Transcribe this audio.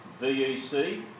VEC